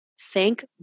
Thank